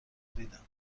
دیدم